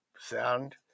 sound